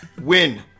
win